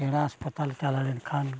ᱥᱮᱬᱟ ᱦᱟᱥᱯᱟᱛᱟᱞ ᱪᱟᱞᱟᱣ ᱞᱮᱱᱠᱷᱟᱱ